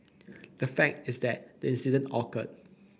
the fact is that the incident occurred